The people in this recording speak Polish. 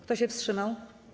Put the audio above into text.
Kto się wstrzymał?